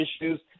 issues